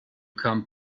come